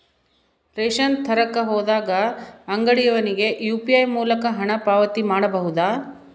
Ration ತರಕ ಹೋದಾಗ ಅಂಗಡಿಯವನಿಗೆ ಯು.ಪಿ.ಐ ಮೂಲಕ ಹಣ ಪಾವತಿ ಮಾಡಬಹುದಾ?